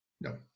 no